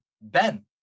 ben